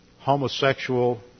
homosexual